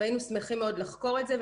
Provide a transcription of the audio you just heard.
כך שהיינו מאוד שמחים מאוד לחקור את זה.